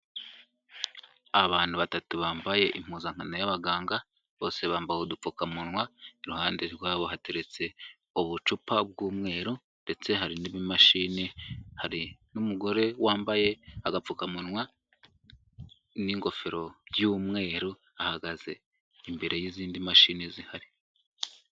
Abantu batatu bambaye impuzankano y'abaganga bose bambaye udupfukamunwa, iruhande rwabo hateretse ubucupa bw'umweru ndetse hari n'ibimashini, hari n'umugore wambaye agapfukamunwa n'ingofero by'umweru, ahagaze imbere y'izindi mashini zihari